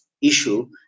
issue